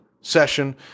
session